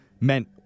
meant